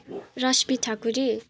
Rashmi Thakuri